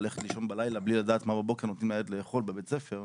הולכת לישון בלילה בלי לדעת מה בבוקר נותנים לילד לאכול בבית הספר,